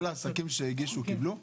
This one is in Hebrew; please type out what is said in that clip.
כל העסקים שהגישו קיבלו?